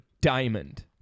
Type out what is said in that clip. diamond